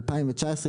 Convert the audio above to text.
האיגרת מ-2019,